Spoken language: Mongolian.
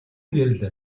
гэрэл